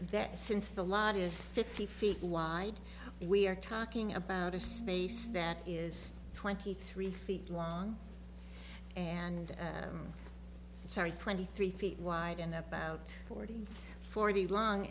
that since the lot is fifty feet wide we're talking about a space that is twenty three feet long and i'm sorry twenty three feet wide and about forty forty long